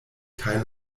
kaj